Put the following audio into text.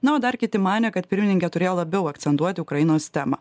na o dar kiti manė kad pirmininkė turėjo labiau akcentuoti ukrainos temą